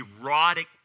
erotic